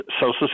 Social